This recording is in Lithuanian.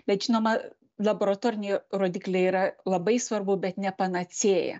bet žinoma laboratoriniai rodikliai yra labai svarbu bet ne panacėja